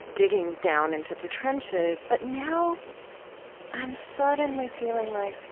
digging down into the trenches. but now i'm suddenly feeling like